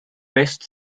best